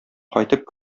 кайтып